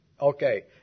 Okay